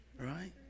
right